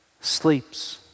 sleeps